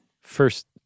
first